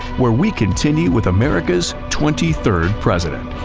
where we continue with america's twenty third president.